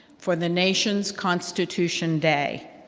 for the nation's constitution day.